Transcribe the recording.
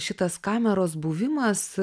šitas kameros buvimas